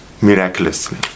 miraculously